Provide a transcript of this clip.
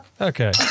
Okay